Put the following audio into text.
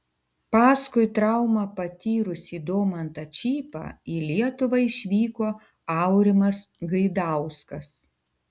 paskui traumą patyrusį domantą čypą į lietuvą išvyko aurimas gaidauskas